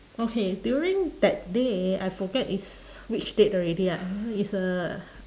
okay during that day I forget is which date already ah is uh